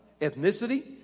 ethnicity